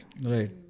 Right